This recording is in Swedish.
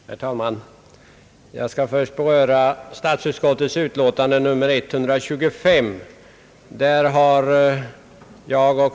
Herr talman! Jag vill något beröra statsutskottets utlåtande nr 125.